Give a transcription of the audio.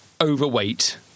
overweight